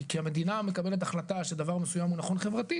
כי המדינה מקבלת החלטה שדבר מסוים הוא גם נכון חברתית,